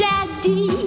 Daddy